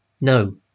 no